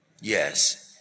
Yes